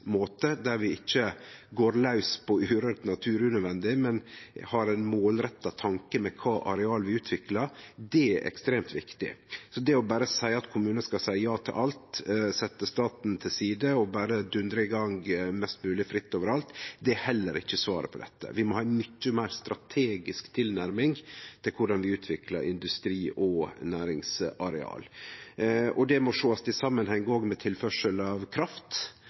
måte – der vi ikkje går laus på urørt natur unødvendig, men har ein målretta tanke med kva areal vi utviklar – er ekstremt viktig. Så det å seie at kommunen skal seie ja til alt, setje staten til side og berre dundre i gang mest mogleg fritt overalt, er heller ikkje svaret på dette. Vi må ha ei mykje meir strategisk tilnærming til korleis vi utviklar industri- og næringsareal. Det må òg sjåast i samanheng med tilførsel av kraft.